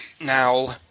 Now